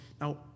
now